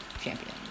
champion